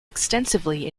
extensively